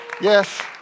yes